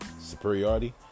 superiority